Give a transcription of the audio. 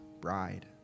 bride